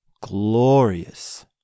glorious